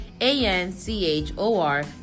a-n-c-h-o-r